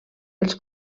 els